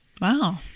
Wow